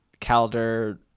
Calder